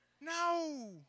No